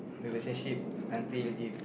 relationship until it